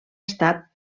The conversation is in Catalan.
estat